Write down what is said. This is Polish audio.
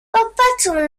popatrzył